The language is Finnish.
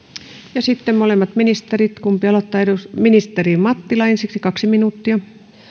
ja sitten molemmat ministerit kumpi aloittaa ministeri mattila ensiksi kaksi minuuttia